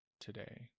today